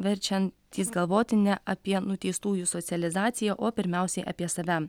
verčian tys galvoti ne apie nuteistųjų socializaciją o pirmiausiai apie save